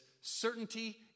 certainty